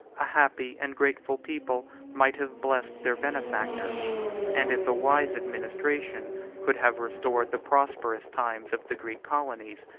a happy and grateful people might have blessed their benefactor and if a wise administration could have restored the prosperous times of the greek colonies,